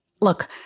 look